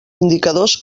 indicadors